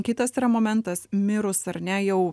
kitas yra momentas mirus ar ne jau